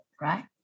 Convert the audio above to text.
right